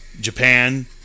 japan